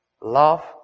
love